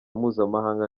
mpuzamahanga